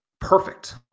perfect